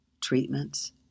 treatments